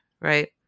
right